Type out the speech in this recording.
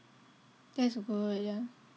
that's good ya